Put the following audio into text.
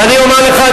ואני אומר לך,